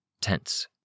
tense